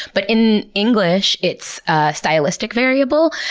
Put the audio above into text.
but in english it's a stylistic variable.